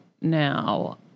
now